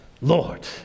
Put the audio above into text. lord